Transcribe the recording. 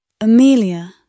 Amelia